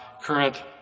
current